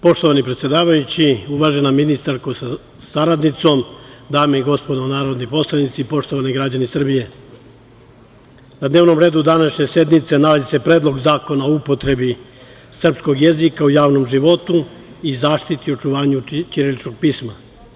Poštovani predsedavajući, uvažena ministarko, sa saradnicom, dame i gospodo narodni poslanici, poštovani građani Srbije, na dnevnom redu današnje sednice nalazi se Predlog zakona o upotrebi srpskog jezika u javnom životu i zaštiti i očuvanju ćiriličnog pisma.